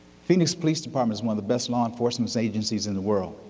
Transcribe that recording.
phoenix police department one of the best law enforcement agencies in the world.